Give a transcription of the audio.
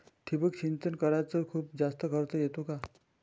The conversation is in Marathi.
ठिबक सिंचन कराच खूप जास्त खर्च येतो का?